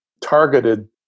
targeted